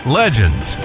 legends